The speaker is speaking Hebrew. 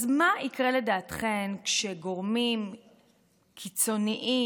אז מה יקרה לדעתכן כשגורמים קיצוניים,